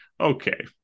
okay